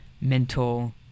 mental